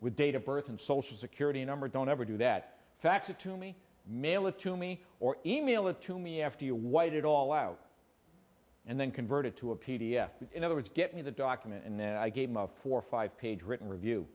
with date of birth and social security number don't ever do that fax it to me mail it to me or email it to me after you white it all out and then converted to a p d f in other words get me the document and then i gave him a four five page written review